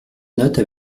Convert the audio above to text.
note